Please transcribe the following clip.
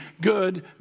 good